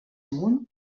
amunt